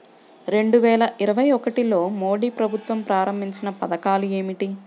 రెండు వేల ఇరవై ఒకటిలో మోడీ ప్రభుత్వం ప్రారంభించిన పథకాలు ఏమిటీ?